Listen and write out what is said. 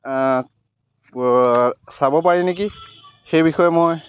চাব পাৰি নেকি সেই বিষয়ে মই